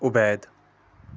اُبید